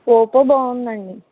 Oppo బాగుందండి